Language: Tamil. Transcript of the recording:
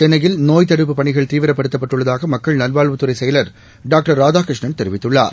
சென்னையில் நோய் தடுப்புப் பணிகள் தீவிரப்படுத்தப்பட்டுள்ளதாக மக்கள் நல்வாழ்வுத்துறை செயலர் டாக்டர் ராதாகிருஷ்ணன் தெரிவித்துள்ளார்